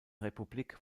republik